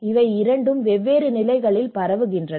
இவை இரண்டும் வெவ்வேறு நிலைகளில் பரவுகின்றன